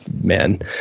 man